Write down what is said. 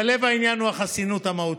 אבל לב העניין הוא החסינות המהותית: